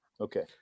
okay